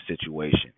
situation